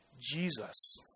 Jesus